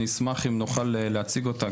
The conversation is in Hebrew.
אני אשמח אם נוכל להציג אותה.